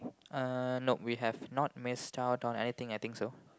uh nope we have not missed out on anything I think so